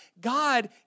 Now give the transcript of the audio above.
God